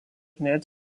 net